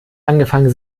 angefangen